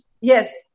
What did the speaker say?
Yes